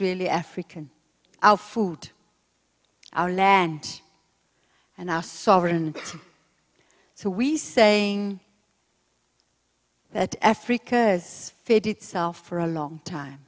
really african our food our land and our sovereign so we saying that africa is fit itself for a long time